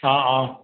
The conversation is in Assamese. অঁ অঁ